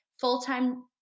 full-time